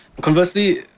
Conversely